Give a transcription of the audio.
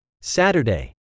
Saturday